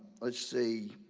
let's see,